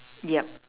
yup